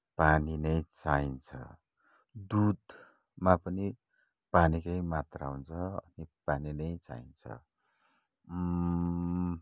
पानी नै चाहिन्छ दुधमा पनि पानीकै मात्रा हुन्छ अनि पानी नै चाहिन्छ